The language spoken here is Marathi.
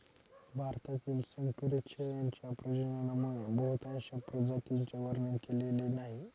भारतातील संकरित शेळ्यांच्या प्रजननामुळे बहुतांश प्रजातींचे वर्णन केलेले नाही